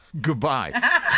goodbye